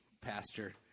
pastor